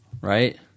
right